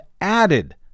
added